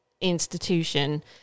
institution